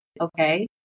okay